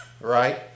Right